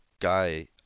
guy